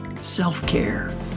self-care